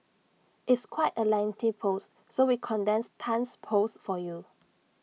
it's quite A lengthy post so we condensed Tan's post for you